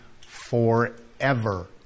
Forever